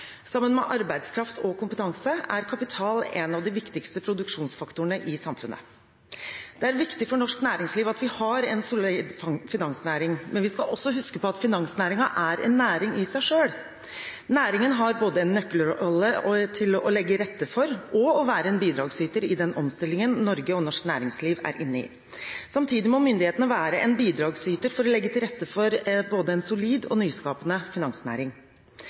Sammen med arbeidskraft og kompetanse er kapital en av de viktigste produksjonsfaktorene i samfunnet. Det er viktig for norsk næringsliv at vi har en solid finansnæring, men vi skal også huske på at finansnæringen er en næring i seg selv. Næringen har en nøkkelrolle i både å legge til rette for og å være en bidragsyter i den omstillingen Norge og norsk næringsliv er inne i. Samtidig må myndighetene være en bidragsyter for å legge til rette for både en solid og en nyskapende finansnæring.